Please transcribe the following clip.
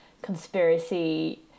conspiracy